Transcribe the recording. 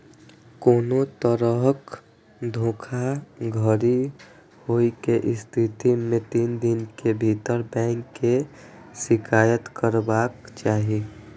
कोनो तरहक धोखाधड़ी होइ के स्थिति मे तीन दिन के भीतर बैंक के शिकायत करबाक चाही